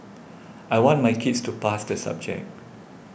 I want my kids to pass the subject